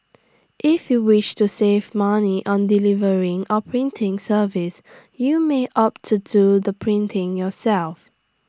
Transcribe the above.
if you wish to save money on delivery or printing service you may opt to do the printing yourself